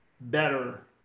better